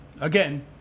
Again